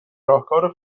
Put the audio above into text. راهکار